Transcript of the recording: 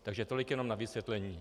Takže tolik jenom na vysvětlení.